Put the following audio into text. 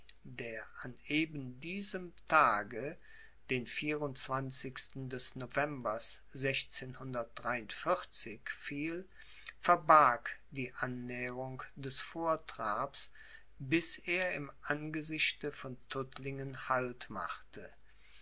der an eben diesem tage den des novembers fiel verbarg die annäherung des vortrabs bis er im angesichte von tuttlingen halt machte